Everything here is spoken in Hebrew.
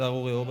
השר אורבך.